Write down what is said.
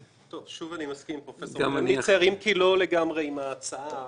שוב אני מסכים עם פרופסור קרמניצר אם כי לא לגמרי עם הצעת